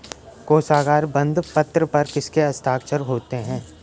कोशागार बंदपत्र पर किसके हस्ताक्षर होते हैं?